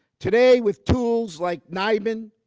today with tools like nibin,